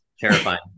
Terrifying